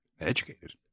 Educated